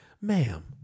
ma'am